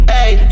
Hey